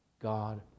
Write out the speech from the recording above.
God